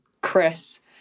Chris